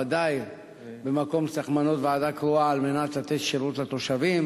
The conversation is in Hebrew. ודאי במקום שצריך למנות ועדה קרואה על מנת לתת שירות לתושבים,